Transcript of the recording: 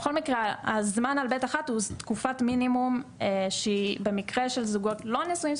בכל מקרה הזמן על ב'1 זה תקופת מינימום שבמקרה של זוגות שלא נשואים,